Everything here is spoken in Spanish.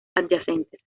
adyacentes